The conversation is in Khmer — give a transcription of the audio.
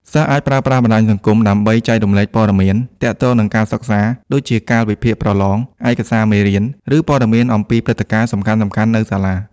សិស្សអាចប្រើប្រាស់បណ្ដាញសង្គមដើម្បី ចែករំលែកព័ត៌មាន ទាក់ទងនឹងការសិក្សា ដូចជាកាលវិភាគប្រឡង ឯកសារមេរៀន ឬព័ត៌មានអំពីព្រឹត្តិការណ៍សំខាន់ៗនៅសាលា។